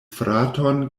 fraton